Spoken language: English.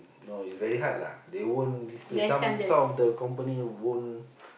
no it's very hard lah they won't display some some of the companies won't